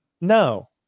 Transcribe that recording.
No